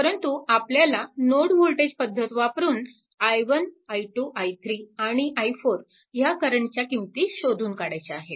परंतु आपल्याला node voltage पद्धत वापरून i1 i 2 i3 आणि i4 ह्या करंटच्या किंमती शोधून काढायच्या आहेत